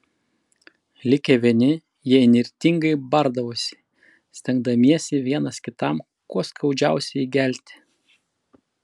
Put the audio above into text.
likę vieni jie įnirtingai bardavosi stengdamiesi vienas kitam kuo skaudžiausiai įgelti